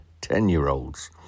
ten-year-olds